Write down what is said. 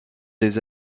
des